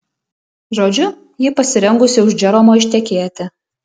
žodžiu ji pasirengusi už džeromo ištekėti